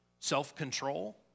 Self-control